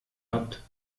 habt